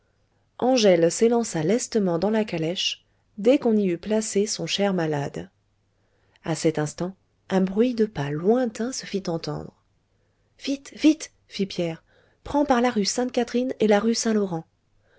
angèle s'élança lestement dans la calèche dès qu'on n'y eut placé son cher malade a cet instant un bruit de pas lointain se fit entendre vite vite fit pierre prends par la rue sainte-catherine et la rue saint-laurent